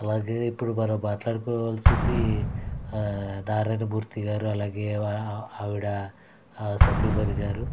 అలాగే ఇప్పుడు మనం మాట్లాడుకోవాల్సింది నారాయణమూర్తి గారు అలాగే వా ఆవిడ సతీమణి గారు